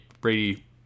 Brady